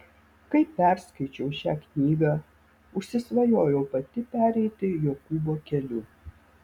kai perskaičiau šią knygą užsisvajojau pati pereiti jokūbo keliu